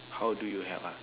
how do you help